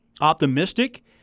optimistic